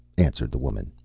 answered the woman,